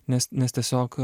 nes nes tiesiog